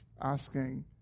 asking